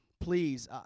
Please